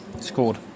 Scored